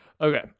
Okay